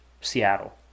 Seattle